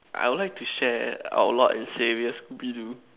I would like to share our Lord and saviour scooby-doo